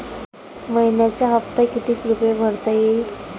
मइन्याचा हप्ता कितीक रुपये भरता येईल?